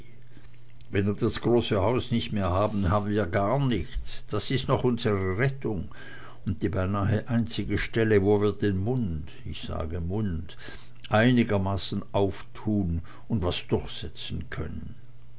wenn wir das große haus nicht mehr haben haben wir gar nichts das ist noch unsre rettung und die beinah einzige stelle wo wir den mund ich sage mund einigermaßen auftun und was durchsetzen können